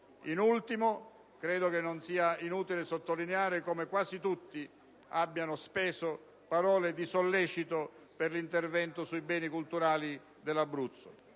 In ultimo, credo che non sia inutile sottolineare come quasi tutti abbiano speso parole di sollecito per l'intervento sui beni culturali dell'Abruzzo: